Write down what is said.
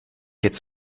jetzt